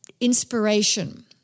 inspiration